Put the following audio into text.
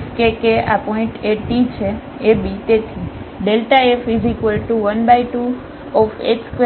fkk આ પોઇન્ટએ T છે a b તેથી f12h2r2hksk2t